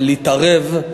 להתערב,